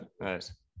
Nice